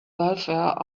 welfare